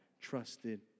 trusted